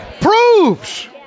Proves